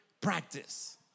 practice